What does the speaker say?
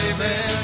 Amen